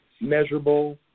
measurable